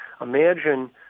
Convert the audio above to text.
Imagine